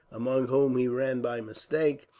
among whom he ran by mistake,